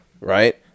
right